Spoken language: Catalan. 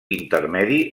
intermedi